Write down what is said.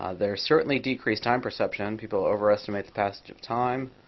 ah there are certainly decreased time perception. people overestimate the passage of time.